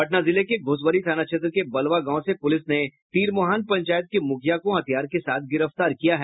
पटना जिले के घोसवरी थाना क्षेत्र के बलवा गांव से पुलिस ने तीरमुहान पंचायत के मुखिया को हथियार के साथ गिरफ्तार किया है